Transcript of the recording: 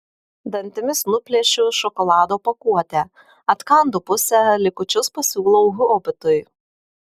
dantimis nuplėšiu šokolado pakuotę atkandu pusę likučius pasiūlau hobitui